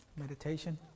Meditation